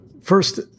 first